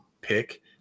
pick